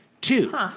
Two